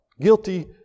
Guilty